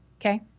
okay